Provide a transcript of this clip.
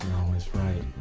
always right.